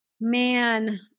Man